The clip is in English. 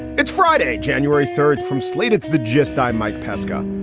it's friday, january third from slate, it's the gist. i'm mike pesca.